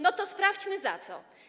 No to sprawdźmy za co.